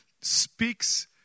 speaks